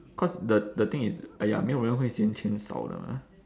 cause the the thing is !aiya! 没有人会嫌钱少的啦